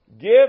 Give